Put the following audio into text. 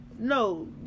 No